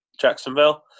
jacksonville